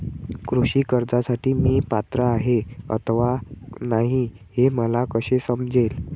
कृषी कर्जासाठी मी पात्र आहे अथवा नाही, हे मला कसे समजेल?